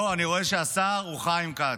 אוה, אני רואה שהשר הוא חיים כץ.